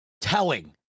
telling